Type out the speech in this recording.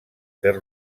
fer